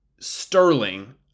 sterling